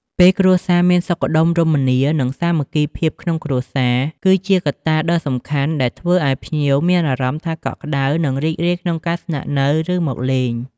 ពេលគ្រួសារមានសុខដុមរមនា និងសាមគ្គីភាពក្នុងគ្រួសារ គឺជាកត្តាដ៏សំខាន់ដែលធ្វើឲ្យភ្ញៀវមានអារម្មណ៍ថាកក់ក្ដៅ និងរីករាយក្នុងការស្នាក់នៅឬមកលេង។